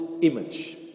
image